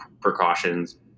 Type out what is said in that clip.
precautions